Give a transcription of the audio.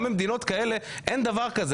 גם במדינות כאלה אין דבר כזה,